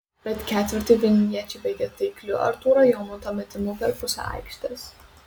bet ketvirtį vilniečiai baigė taikliu artūro jomanto metimu per pusę aikštės